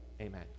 Amen